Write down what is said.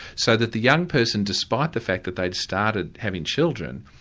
so that the young person, despite the fact that they'd started having children,